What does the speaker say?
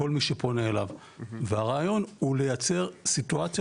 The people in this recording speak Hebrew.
כל מי שפונה אליו והרעיון הוא לייצר סיטואציה